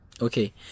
Okay